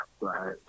right